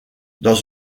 dans